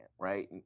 right